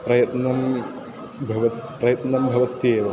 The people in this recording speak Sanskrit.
प्रयत्नः भवति प्रयत्नः भवत्येव